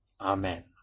Amen